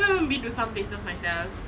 haven't even been to some places myself